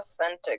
authentic